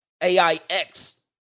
AIX